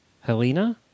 Helena